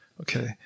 Okay